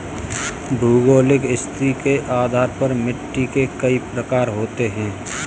भौगोलिक स्थिति के आधार पर मिट्टी के कई प्रकार होते हैं